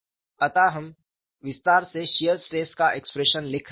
अतः हम विस्तार से शियर स्ट्रेस का एक्सप्रेशन लिख सकते हैं